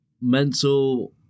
Mental